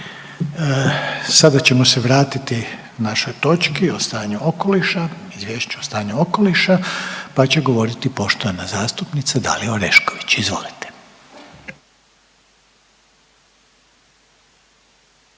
Sada ćemo se vratiti našoj točki o stanju okoliša, Izvješće o stanju okoliša pa će govoriti poštovana zastupnica Dalija Orešković. Izvolite.